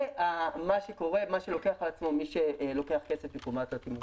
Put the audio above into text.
זה מה שלוקח על עצמו מי שלוקח כסף מקופת התמרוץ.